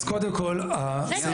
אז קודם כל --- רגע.